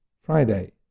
Friday